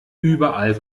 überall